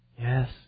yes